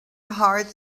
heart